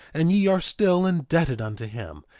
and ye are still indebted unto him,